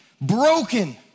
broken